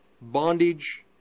bondage